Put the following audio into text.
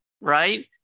right